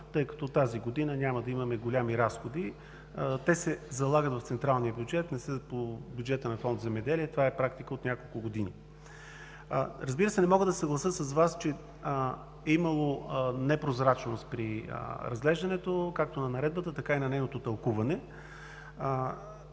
тъй като тази година няма да имаме големи разходи. Те се залагат в централния бюджет, не са по бюджета на Фонд „Земеделие“. Това е практика от няколко години. Не мога да се съглася с Вас, че е имало непрозрачност при разглеждането – както на Наредбата, така и на нейното тълкуване.